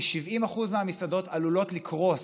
כ-70% מהמסעדות עלולות לקרוס,